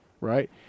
right